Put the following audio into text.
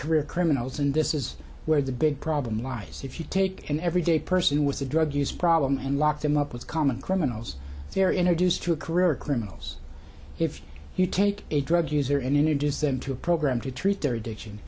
career criminals and this is where the big problem lies if you take an everyday person with a drug use problem and lock them up with common criminals they're introduced to a career criminals if you take a drug user and introduce them to a program to treat their addiction